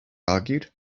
argued